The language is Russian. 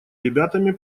ребятами